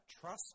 trust